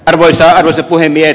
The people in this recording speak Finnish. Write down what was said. arvoisa puhemies